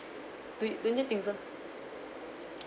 don't don't you think so